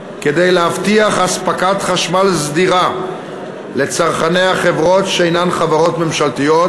כדי להבטיח אספקת חשמל סדירה לצרכני החברות שאינן חברות ממשלתיות,